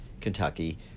Kentucky